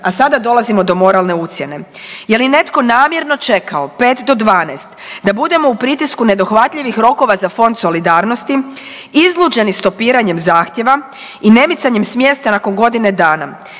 a sada dolazimo do moralne ucjene, je li netko namjerno čekao 5 do 12 da budemo u pritisku nedohvatljivi rokova za Fond solidarnosti izluđeni stopiranjem zahtjeva i ne micanjem s mjesta nakon godine dana.